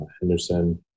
Henderson